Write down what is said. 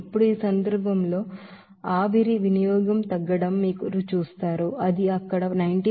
ఇప్పుడు ఈ సందర్భంలో ఆవిరి వినియోగం తగ్గడం మీరు చూస్తారు అది అక్కడ 90